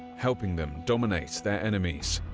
helping them dominate their enemies.